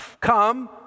come